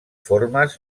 forma